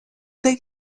they